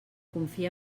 confia